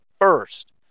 first